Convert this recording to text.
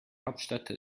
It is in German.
hauptstadt